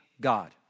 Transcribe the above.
God